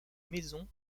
maison